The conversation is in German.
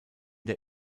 der